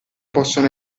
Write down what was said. possono